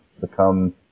become